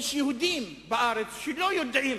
יש יהודים בארץ שלא יודעים